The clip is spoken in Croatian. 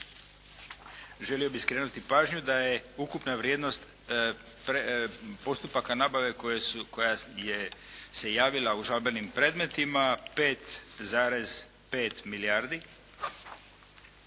Želio bi skrenuti pažnju da je ukupna vrijednost postupaka nabave koja je se javila u žalbenim predmetima 5,5 milijardi.